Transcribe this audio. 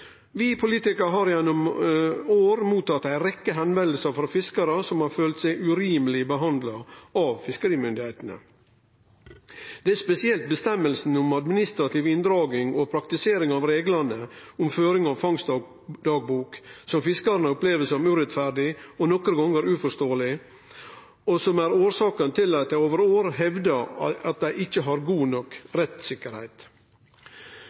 Vi politikarar har gjennom år blitt kontakta ei rekkje gonger av fiskarar som har følt seg urimeleg behandla av fiskerimyndigheitene. Det er spesielt føresegna om administrativ inndraging og praktiseringa av reglane om føring av fangstdagbok fiskarane opplever som urettferdig og nokre gonger uforståeleg, og som er årsaka til at dei over år har hevda at dei ikkje har god